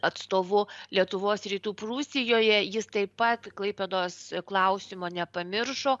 atstovu lietuvos rytų prūsijoje jis taip pat klaipėdos klausimo nepamiršo